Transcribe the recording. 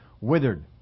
withered